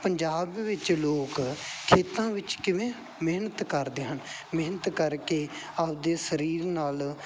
ਪੰਜਾਬ ਵਿੱਚ ਲੋਕ ਖੇਤਾਂ ਵਿੱਚ ਕਿਵੇਂ ਮਿਹਨਤ ਕਰਦੇ ਹਨ ਮਿਹਨਤ ਕਰਕੇ ਆਪਦੇ ਸਰੀਰ ਨਾਲ